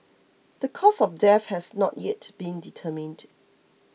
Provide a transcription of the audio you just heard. the cause of death has not yet been determined